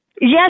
Yes